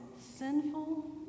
sinful